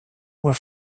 were